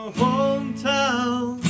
hometown